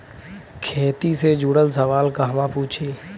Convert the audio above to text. खेती से जुड़ल सवाल कहवा पूछी?